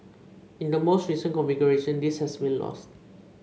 in the more recent configuration this has been lost